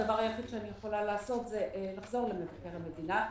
הדבר היחיד שאני יכולה לעשות זה לחזור למבקר המדינה,